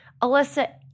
Alyssa